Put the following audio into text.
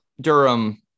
Durham